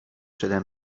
przede